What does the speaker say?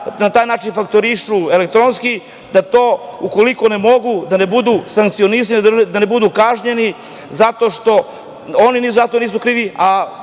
da na taj način fakturišu elektronski, da to ukoliko ne mogu, da ne budu sankcionisani, da ne budu kažnjeni, zato što oni za to nisu krivi,